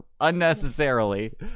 unnecessarily